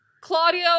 Claudio